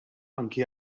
anke